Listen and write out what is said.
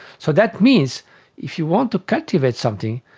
so that means if you want to cultivate something,